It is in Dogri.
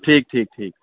ठीक ठीक ठीक